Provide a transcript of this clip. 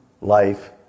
life